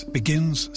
begins